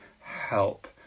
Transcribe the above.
help